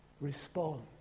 respond